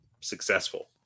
successful